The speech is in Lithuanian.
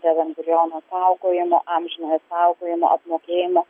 dėl embriono saugojimo amžinojo saugojimo apmokėjimo